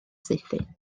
saethu